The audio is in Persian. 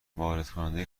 واردکننده